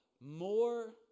more